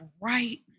right